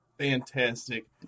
Fantastic